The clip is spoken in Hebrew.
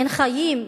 אין חיים,